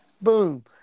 Boom